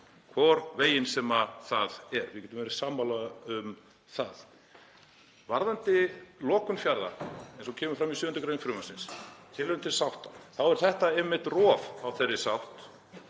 hvorn veginn sem það er. Við getum verið sammála um það. Varðandi lokun fjarða, eins og kemur fram í 7. gr. frumvarpsins, tilraun til sátta, þá er þetta einmitt rof á þeirri sátt.